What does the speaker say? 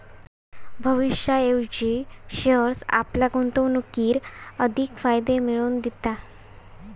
भविष्याऐवजी शेअर्स आपल्या गुंतवणुकीर अधिक फायदे मिळवन दिता